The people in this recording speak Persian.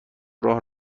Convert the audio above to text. راه